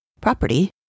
property